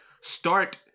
start